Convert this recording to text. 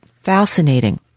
fascinating